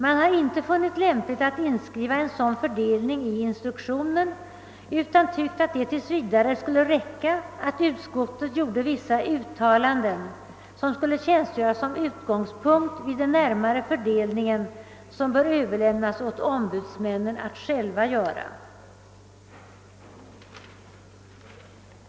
Vi har inte funnit lämpligt att inskriva en sådan fördelning i instruktionen utan tyckt att det tills vidare skulle räcka att utskottet gjorde vissa uttalanden, som skulle tjänstgöra som utgångspunkt vid den närmare fördelningen, som bör överlämnas åt ombudsmännen att själva göra.